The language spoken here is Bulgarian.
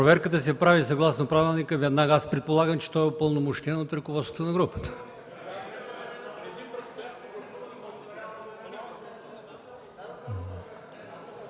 Проверката се прави, съгласно правилника, веднага. Аз предполагам, че той е упълномощен от ръководството на групата.